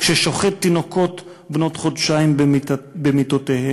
ששוחט תינוקות בנות חודשיים במיטותיהן,